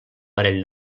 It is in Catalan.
parell